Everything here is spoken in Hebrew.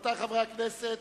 רבותי חברי הכנסת,